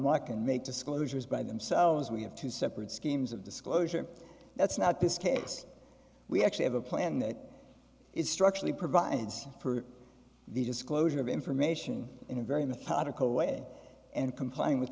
and make disclosures by themselves we have to separate schemes of disclosure that's not this case we actually have a plan that is structurally provides for the disclosure of information in a very methodical way and complying with